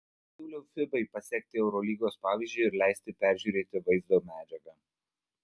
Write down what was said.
siūlau fibai pasekti eurolygos pavyzdžiu ir leisti peržiūrėti vaizdo medžiagą